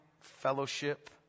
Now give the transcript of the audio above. Fellowship